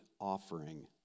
offering